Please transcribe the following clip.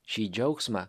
šį džiaugsmą